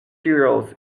cereals